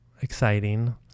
Exciting